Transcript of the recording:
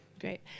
great